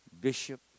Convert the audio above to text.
bishop